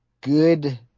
good